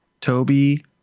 Toby